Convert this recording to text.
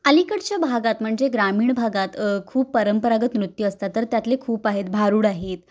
अलीकडच्या भागात म्हणजे ग्रामीण भागात खूप परंपरागत नृत्य असतात तर त्यातले खूप आहेत भारुड आहेत